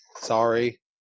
Sorry